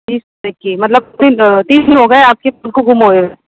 बीस तारीख की मतलब तीस दिन हो गए हैं आपके फोन को गुम हुए